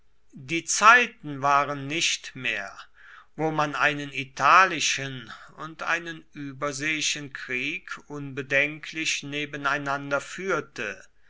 die zeiten waren nicht mehr wo man einen italischen und einen überseeischen krieg unbedenklich nebeneinander führte